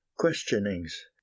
QUESTIONINGS